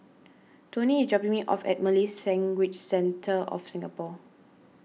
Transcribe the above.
Toni is dropping me off at Malay's Language Centre of Singapore